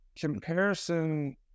comparison